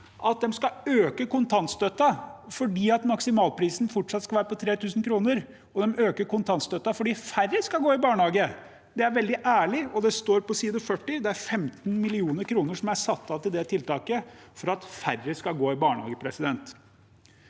at de skal øke kontantstøtten fordi maksimalprisen fortsatt skal være på 3 000 kr, og de øker kontantstøtten fordi færre skal gå i barnehage. Det er veldig ærlig, og det står på side 40. Det er 15 mill. kr som er satt av til det tiltaket, for at færre skal gå i barnehage. Dette